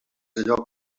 allò